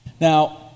Now